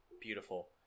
Beautiful